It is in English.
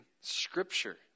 Scripture